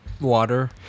Water